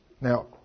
Now